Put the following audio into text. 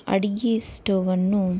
ಅಡುಗೆ ಸ್ಟವನ್ನು